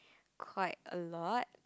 quite a lot